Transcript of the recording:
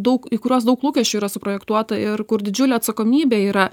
daug į kuriuos daug lūkesčių yra suprojektuota ir kur didžiulė atsakomybė yra